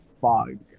fog